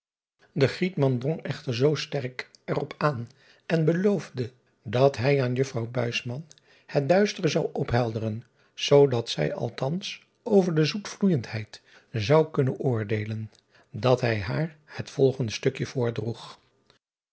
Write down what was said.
echter zoo sterk er op aan en beloofde dat hij aan uffrouw het driaan oosjes zn et leven van illegonda uisman duistere zou ophelderen zoodat zij althans over de zoetvloeijendheid zou kunnen oordeelen dat hij haar het volgende